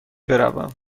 بروم